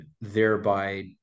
thereby